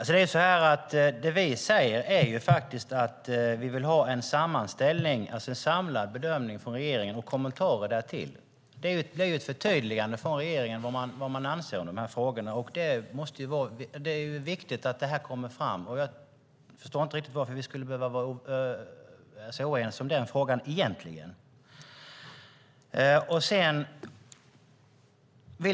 Herr talman! Det som vi säger är att vi vill ha en sammanställning, alltså en samlad bedömning, från regeringen och kommentarer därtill. Det är ett förtydligande från regeringen om vad den anser om dessa frågor. Det är viktigt att detta kommer fram. Jag förstår inte riktigt varför vi skulle behöva vara så oense i den frågan.